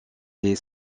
les